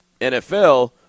NFL